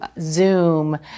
Zoom